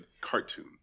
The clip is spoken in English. cartoon